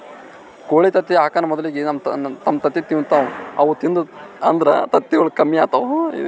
ಕೋಳಿ ತತ್ತಿ ಹಾಕಾನ್ ಮೊದಲಿಗೆ ತಮ್ ತತ್ತಿ ತಿಂತಾವ್ ಅವು ತಿಂದು ಅಂದ್ರ ತತ್ತಿಗೊಳ್ ಕಮ್ಮಿ ಆತವ್